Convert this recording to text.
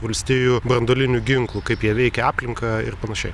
valstijų branduolinių ginklų kaip jie veikia aplinką ir panašiai